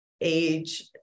age